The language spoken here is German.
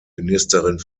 ministerin